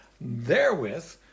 therewith